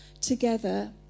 together